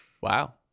wow